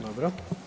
Dobro.